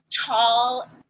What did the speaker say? tall